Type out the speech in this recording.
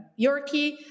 Yorkie